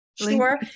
Sure